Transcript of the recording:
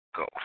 go